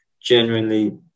genuinely